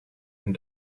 and